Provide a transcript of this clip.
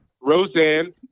Roseanne